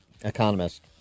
economist